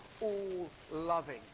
all-loving